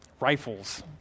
rifles